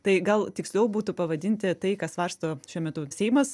tai gal tiksliau būtų pavadinti tai ką svarsto šiuo metu seimas